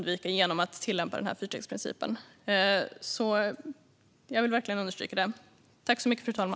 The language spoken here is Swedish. Det vill jag verkligen understryka.